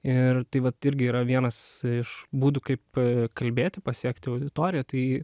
ir tai vat irgi yra vienas iš būdų kaip kalbėti pasiekti auditoriją tai